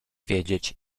wiedzieć